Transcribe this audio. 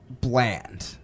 Bland